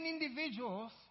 individuals